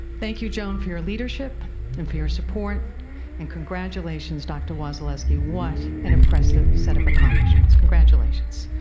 thank you joan for your leadership and for your support and congratulations dr. wasileski. what an impressive set of accomplishments. congratulations.